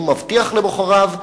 הוא מבטיח לבוחריו,